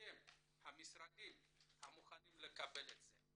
אתם, המשרדים המוכנים לקבל את זה.